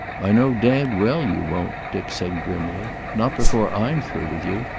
i know damned well you won't, dick said grimly. not before i'm through with you.